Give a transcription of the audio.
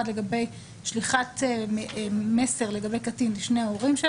לגבי שליחת מסר לגבי קטין לשני ההורים,